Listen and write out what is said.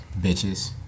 Bitches